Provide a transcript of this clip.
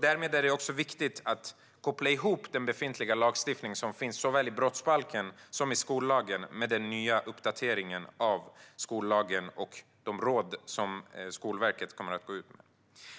Det är alltså viktigt att koppla ihop den befintliga lagstiftning som finns såväl i brottsbalken som i skollagen med den nya uppdateringen av skollagen och de råd Skolverket kommer att gå ut med.